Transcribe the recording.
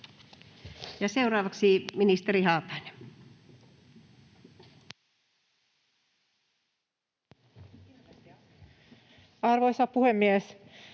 seuraavaksi ministeri Haatainen. Arvoisa puhemies!